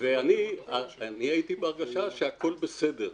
אני הייתי בהרגשה שהכול בסדר.